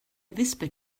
avispa